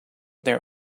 their